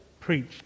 preached